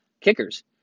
kickers